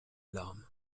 l’arme